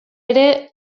ere